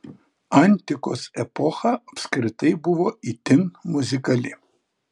antikos epocha apskritai buvo itin muzikali